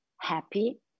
happy